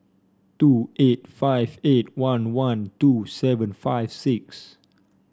two eight five eight one one two seven five six